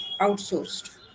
outsourced